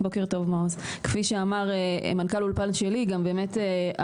גם באמת,